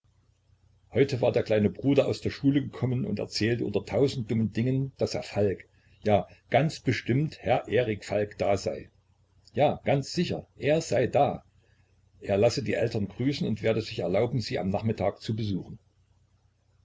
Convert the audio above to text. heute war der kleine bruder aus der schule gekommen und erzählte unter tausend dummen dingen daß herr falk ja ganz bestimmt herr erik falk da sei ja ganz sicher er sei da er lasse die eltern grüßen und werde sich erlauben sie am nachmittag zu besuchen